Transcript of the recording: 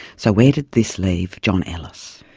so where did this leave john ellis?